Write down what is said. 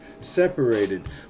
separated